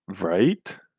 Right